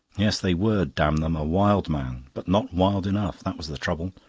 yes, they were damn them! a wild man, but not wild enough that was the trouble.